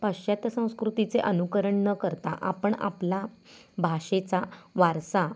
पाश्चात्य संस्कृतीचे अनुकरण न करता आपण आपला भाषेचा वारसा